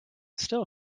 still